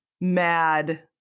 mad